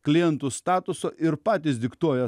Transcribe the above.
klientų statuso ir patys diktuoja